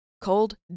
Cold